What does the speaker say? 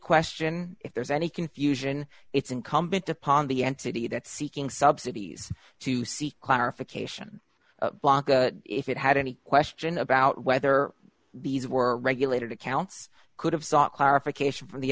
question if there's any confusion it's incumbent upon the entity that seeking subsidies to seek clarification if it had any question about whether these were regulated accounts could have sought clarification from the